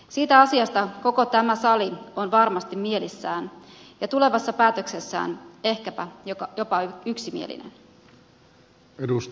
siitä asiasta koko tämä sali on varmasti mielissään ja tulevassa päätöksessään ehkäpä jopa yksimielinen